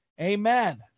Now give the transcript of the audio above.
Amen